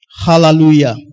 Hallelujah